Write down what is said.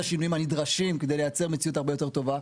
השינויים הנדרשים כדי לייצר מציאות הרבה יותר טובה.